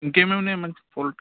ఇంకా ఏమేమి ఉన్నాయి మంచి